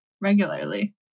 regularly